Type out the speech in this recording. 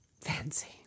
fancy